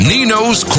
Nino's